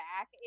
back